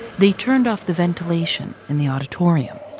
they turned off the ventilation in the auditorium.